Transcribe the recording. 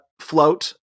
Float